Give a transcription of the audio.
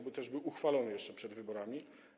Oby był uchwalony jeszcze przed wyborami.